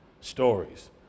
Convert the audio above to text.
stories